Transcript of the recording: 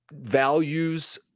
values